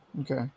Okay